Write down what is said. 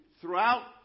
throughout